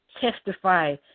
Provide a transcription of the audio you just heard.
testify